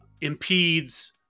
impedes